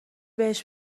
بهش